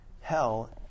hell